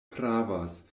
pravas